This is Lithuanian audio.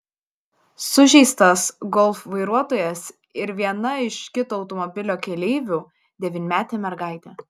sužeistas golf vairuotojas ir viena iš kito automobilio keleivių devynmetė mergaitė